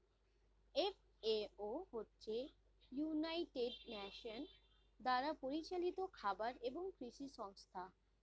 FAO হচ্ছে United Nations দ্বারা পরিচালিত খাবার এবং কৃষি সংস্থা